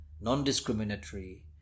non-discriminatory